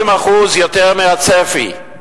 40% יותר מהצפי.